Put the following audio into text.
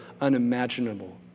unimaginable